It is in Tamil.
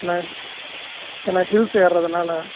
ஏன்னா ஏன்னா ஹில்ஸ் ஏர்றதுனால